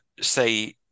say